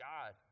God